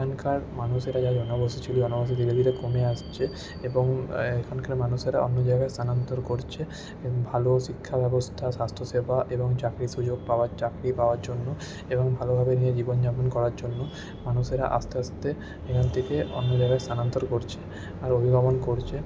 এখানকার মানুষেরা যা জনবসতি ছিল জনবসতি ধীরে ধীরে কমে আসছে এবং এখানকার মানুষেরা অন্য জায়গায় স্থানান্তর করছে এবং ভালো শিক্ষাব্যবস্থা স্বাস্থ্যসেবা এবং চাকরির সুযোগ পাওয়ার চাকরি পাওয়ার জন্য এবং ভালোভাবে নিজের জীবনযাপন করার জন্য মানুষেরা আস্তে আস্তে এখান থেকে অন্য জায়গায় স্থানান্তর করছে অভিভাবন করছে